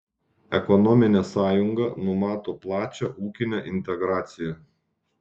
ekonominė sąjunga numato plačią ūkinę integraciją